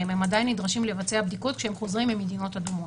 הם עדיין נדרשים לבצע בדיקות כשהם חוזרים ממדינות אדומות.